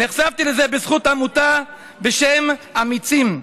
נחשפתי לזה בזכות עמותה בשם "אמיצים"